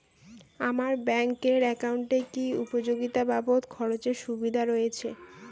আমার ব্যাংক এর একাউন্টে কি উপযোগিতা বাবদ খরচের সুবিধা রয়েছে?